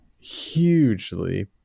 hugely